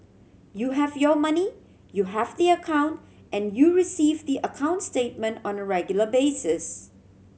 you have your money you have the account and you receive the account statement on a regular basis